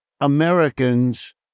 Americans